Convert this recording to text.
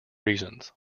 reasons